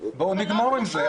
בואו נגמור עם זה.